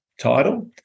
title